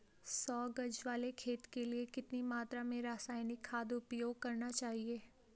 सौ गज वाले खेत के लिए कितनी मात्रा में रासायनिक खाद उपयोग करना चाहिए?